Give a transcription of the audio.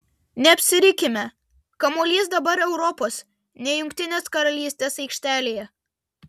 neapsirikime kamuolys dabar europos ne jungtinės karalystės aikštelėje